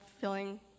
feeling